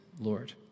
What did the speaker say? Lord